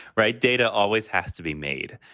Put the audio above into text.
right. data always has to be made.